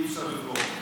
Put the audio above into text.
אי-אפשר לברוח.